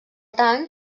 tant